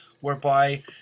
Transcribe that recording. whereby